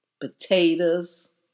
potatoes